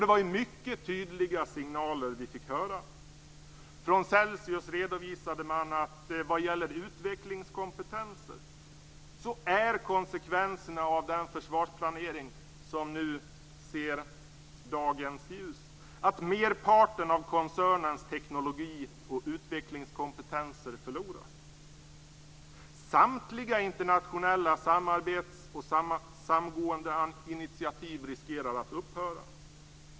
Det var mycket tydliga signaler vi fick höra. Från Celsius redovisade man att vad gäller utvecklingskompetenser är konsekvenserna av den försvarsplanering som nu ser dagens ljus att merparten av koncernens teknik och utvecklingskompetens förloras. Samtliga internationella samarbeten och samgåendeinitiativ riskerar att upphöra.